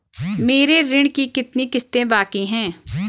मेरे ऋण की कितनी किश्तें बाकी हैं?